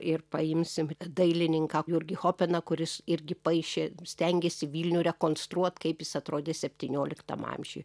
ir paimsim dailininką jurgį hopeną kuris irgi paišė stengėsi vilnių rekonstruot kaip jis atrodė septynioliktam amžiuj